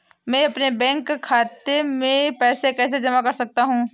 मैं अपने बैंक खाते में पैसे कैसे जमा कर सकता हूँ?